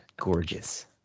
Gorgeous